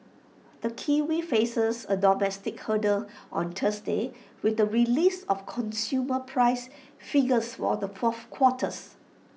the kiwi faces A domestic hurdle on Thursday with the release of consumer price figures for the fourth quarters